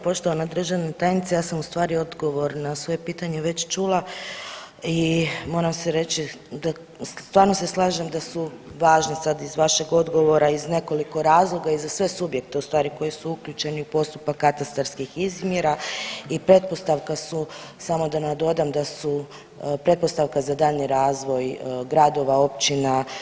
Poštovana državna tajnice, ja sam u stvari odgovor na svoje pitanje već čula i mora se reći da stvarno se slažem da su važni sad iz vašeg odgovora iz nekoliko razloga i za sve subjekte u stvari koji su uključeni u postupak katastarskih izmjera i pretpostavka su, samo da nadodam da su pretpostavka za daljnji razvoj gradova, općina.